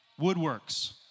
woodworks